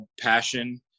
passion